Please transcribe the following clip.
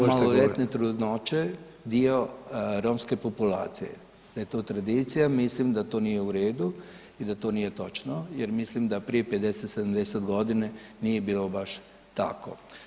da su maloljetne trudnoće dio romske populacije, da je to tradicija, mislim da to nije u redu i da to nije točno jer mislim da prije 50-70.g. nije bilo baš tako.